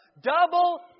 Double